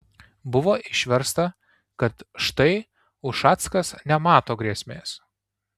buvo išversta kad štai ušackas nemato grėsmės